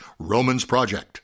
romansproject